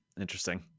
Interesting